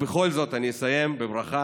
ובכל זאת אני אסיים בברכה: